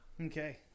Okay